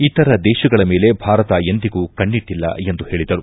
ಇತರ ದೇಶಗಳ ಮೇಲೆ ಭಾರತ ಎಂದಿಗೂ ಕಣ್ಣೆಟ್ಟಲ್ಲ ಎಂದು ಹೇಳಿದರು